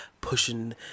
pushing